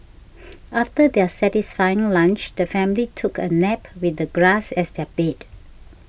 after their satisfying lunch the family took a nap with the grass as their bed